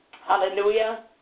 Hallelujah